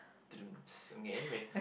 okay anyway